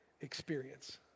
experience